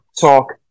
Talk